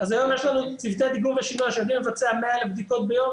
היום יש לנו צוותי דיגום ושינוע שיודעים לבצע 100,000 בדיקות ביום.